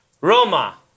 Roma